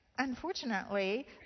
Unfortunately